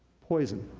poison.